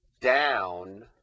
Down